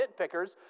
nitpickers